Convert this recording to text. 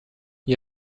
gli